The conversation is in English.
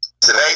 today